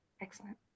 Excellent